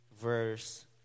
verse